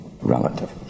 relative